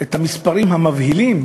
את המספרים המבהילים,